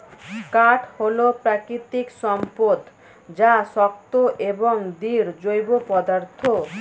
কাঠ হল প্রাকৃতিক সম্পদ যা শক্ত এবং দৃঢ় জৈব পদার্থ